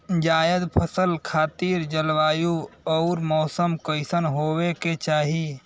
जायद फसल खातिर जलवायु अउर मौसम कइसन होवे के चाही?